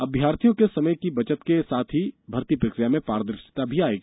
अभ्यर्थियों के समय की बचत के साथ भर्ती प्रक्रिया में पारदर्शिता भी आएगी